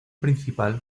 principal